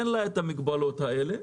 אין את המגבלות האלה,